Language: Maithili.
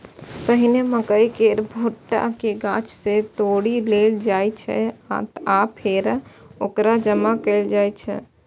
पहिने मकइ केर भुट्टा कें गाछ सं तोड़ि लेल जाइ छै आ फेर ओकरा जमा कैल जाइ छै